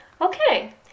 Okay